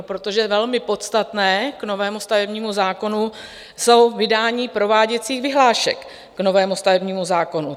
Protože velmi podstatné k novému stavebnímu zákonu jsou vydání prováděcích vyhlášek k novému stavebnímu zákonu.